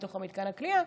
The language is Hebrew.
בתוך המתקן הכליאה,